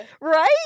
Right